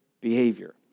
behavior